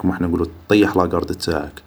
كيما حنا نقولو طيح لا قارد تاعك